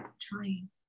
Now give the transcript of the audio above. trying